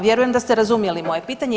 Vjerujem da ste razumjeli moje pitanje.